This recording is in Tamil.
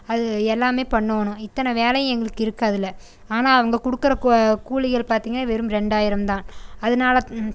அது எல்லாமே பண்ணணும் இத்தனை வேலையும் எங்களுக்கு இருக்குது அதில் ஆனால் அவங்க கொடுக்கற கோ கூலிகள் பார்த்தீங்கன்னா வெறும் ரெண்டாயிரம்தான் அதனாலத்